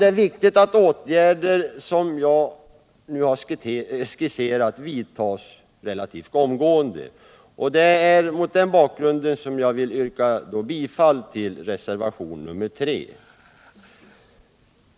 Det är viktigt att de åtgärder som jag har skisserat vidtas relativt omgående. Därför yrkar jag bifall till reservationen 3.